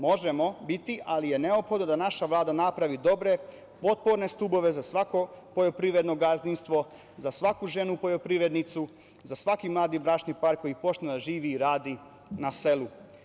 Možemo biti, ali je neophodno da naša Vlada napravi dobre potporne stubove za svako poljoprivredno gazdinstvo, za svaku ženu poljoprivrednicu, za svaki mladi bračni par koji počne da živi i radi na selu.